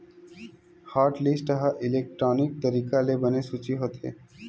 hotlist ह electronic तरीका ले बने सूची होथे